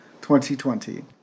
2020